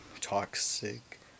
toxic